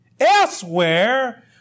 Elsewhere